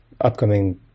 upcoming